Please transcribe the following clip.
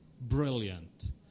brilliant